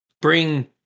Bring